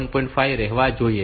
5 રહેવા જોઈએ